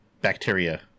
bacteria